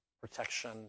protection